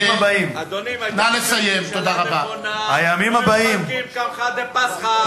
תודה רבה, חבר הכנסת הורוביץ.